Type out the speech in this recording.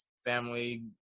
family